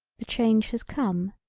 the change has come.